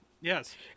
Yes